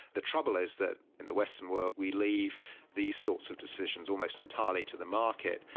the trouble is that in the western world we leave these sorts of decisions almost entirely to the market,